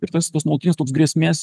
ir tas tas nuolatinis toks grėsmės